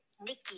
Nikki